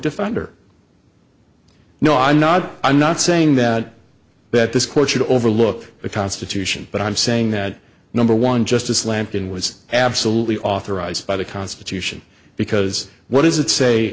defender no i'm not i'm not saying that that this court should overlook the constitution but i'm saying that number one justice lampton was absolutely authorized by the constitution because what does it say